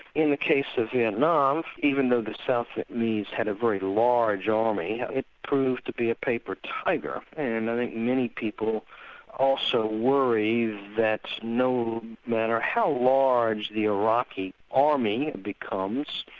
in the case of vietnam, even though the south vietnamese had a very large army, it proved to be a paper tiger and i think many people also worry that no matter how large the iraqi army becomes,